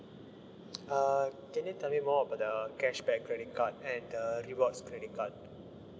uh can you tell me more about the cashback credit card and the rewards credit card